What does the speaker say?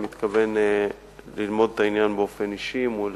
אני מתכוון ללמוד את העניין באופן אישי מול